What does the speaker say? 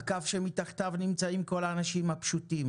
הקו שמתחתיו נמצאים כל האנשים הפשוטים